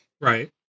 Right